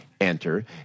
Enter